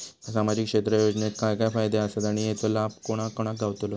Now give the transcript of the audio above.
सामजिक क्षेत्र योजनेत काय काय फायदे आसत आणि हेचो लाभ कोणा कोणाक गावतलो?